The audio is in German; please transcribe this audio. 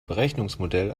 berechnungsmodell